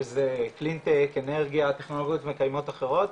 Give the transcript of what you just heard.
שזה קלין אנרגיה ותוכניות רבות אחרות,